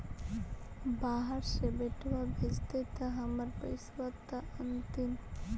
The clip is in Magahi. बाहर से बेटा भेजतय त हमर पैसाबा त अंतिम?